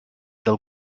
del